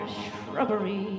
shrubbery